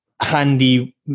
handy